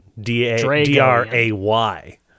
d-a-d-r-a-y